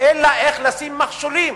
אלא איך לשים מכשולים,